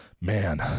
Man